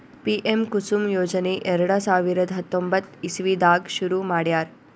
PM Kusum ಯೋಜನೆ ಎರಡ ಸಾವಿರದ್ ಹತ್ತೊಂಬತ್ತ್ ಇಸವಿದಾಗ್ ಶುರು ಮಾಡ್ಯಾರ್